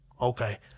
Okay